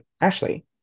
Ashley